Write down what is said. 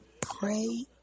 pray